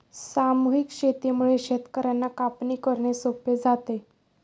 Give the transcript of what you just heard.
सामूहिक शेतीमुळे शेतकर्यांना कापणी करणे सोपे जाते